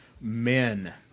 Men